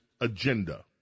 agenda